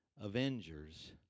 Avengers